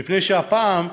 מפני שהפעם,